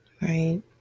right